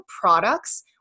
products